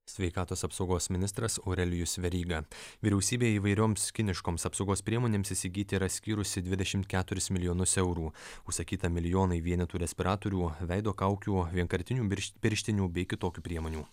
sveikatos apsaugos ministras aurelijus veryga vyriausybė įvairioms kiniškoms apsaugos priemonėms įsigyti yra skyrusi dvidešimt keturis milijonus eurų užsakyta milijonai vienetų respiratorių veido kaukių vienkartinių pirštinių bei kitokių priemonių